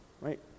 right